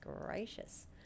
gracious